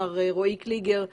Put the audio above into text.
מר רואי קליגר,